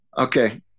Okay